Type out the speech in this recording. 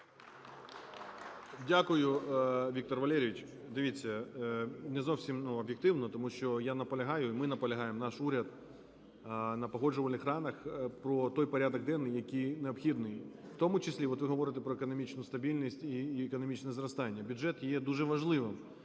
Дякую, Віктор Валерійович. Дивіться, не зовсім, ну, об'єктивно, тому що я наполягаю, ми наполягаємо, наш уряд, на погоджувальних радах про той порядок денний, який необхідний, в тому числі от ви говорите про економічну стабільність і економічне зростання. Бюджет є дуже важливим